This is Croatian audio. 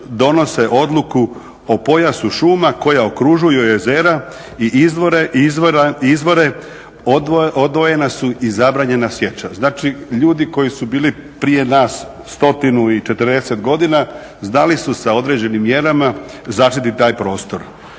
odluku o pojasu šuma koja okružuju jezera i izvore odvojena su i zabranjena sjeća. Znači ljudi koji su bili prije nas stotinu i četrdeset godina znali su sa određenim mjerama zaštiti taj prostor.